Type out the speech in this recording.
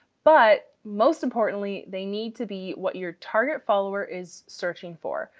but most importantly they need to be what your target follower is searching for.